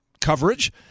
coverage